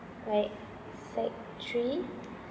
like sec~ three